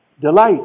delight